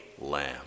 lamb